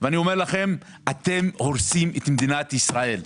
אתם הורסים את מדינת ישראל.